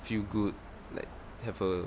feel good like have a